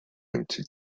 empty